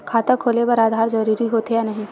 खाता खोले बार आधार जरूरी हो थे या नहीं?